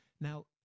Now